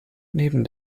neben